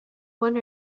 one